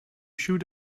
should